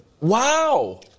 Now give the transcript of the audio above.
Wow